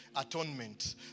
Atonement